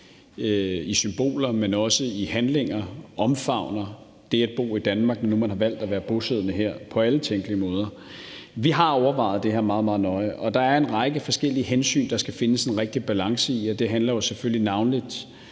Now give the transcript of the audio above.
i symboler, men også i handlinger – omfavner det at bo i Danmark, nu man har valgt at være bosiddende her, på alle tænkelige måder. Vi har overvejet det her meget, meget nøje, og der er en række forskellige hensyn, der skal findes den rigtige balance i. Det handler jo selvfølgelig navnlig